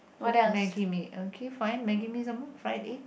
cook Maggie-mee okay fine maggi-mee some more fried egg